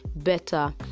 better